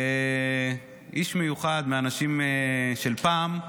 איש מיוחד, מהאנשים של פעם.